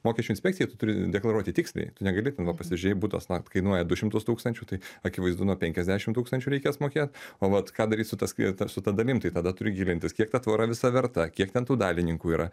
mokesčių inspekcijai tu turi deklaruoti tiksliai tu negali ten va pasižiūrėjai butas na kainuoja du šimtus tūkstančių tai akivaizdu nuo penkiasdešim tūkstančių reikės mokėt o vat ką daryt su ta ski su ta dalim tai tada turi gilintis kiek ta tvora visa verta kiek ten tų dalininkų yra